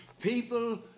People